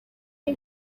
ari